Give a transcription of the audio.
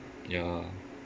ya